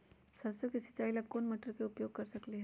सरसों के सिचाई ला कोंन मोटर के उपयोग कर सकली ह?